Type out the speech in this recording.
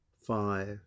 five